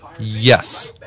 Yes